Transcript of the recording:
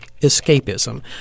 escapism